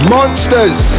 Monsters